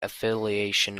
affiliation